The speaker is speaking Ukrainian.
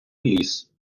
ліс